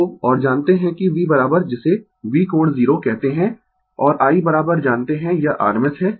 तो और जानते है कि V जिसे V कोण 0 कहते है और I जानते है यह rms है